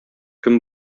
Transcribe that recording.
кем